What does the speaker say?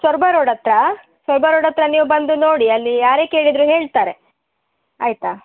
Soraba road ಹತ್ರ Soraba road ಹತ್ರ ನೀವು ಬಂದು ನೋಡಿ ಅಲ್ಲಿ ಯಾರೆ ಕೇಳಿದರು ಹೇಳ್ತಾರೆ ಆಯಿತಾ